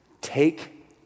take